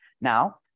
Now